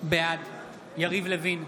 בעד יריב לוין,